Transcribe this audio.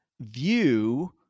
view